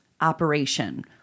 operation